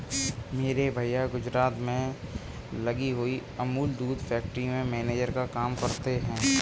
मेरे भैया गुजरात में लगी हुई अमूल दूध फैक्ट्री में मैनेजर का काम करते हैं